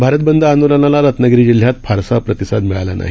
भारतबंदआंदोलनालारत्नागिरीजिल्हयातफारसाप्रतिसादमिळालानाही